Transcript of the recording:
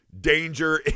danger